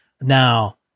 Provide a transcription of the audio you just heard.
Now